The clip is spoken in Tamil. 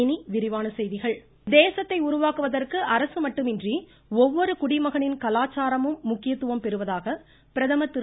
இனி விரிவான செய்திகள் பிரதமர் வாரணாசி தேசத்தை உருவாக்குவதற்கு அரசு மட்டுமின்றி ஒவ்வொரு குடிமகனின் கலாச்சாரமும் முக்கியத்துவம் பெறுவதாக பிரதமர் திரு